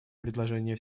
предложение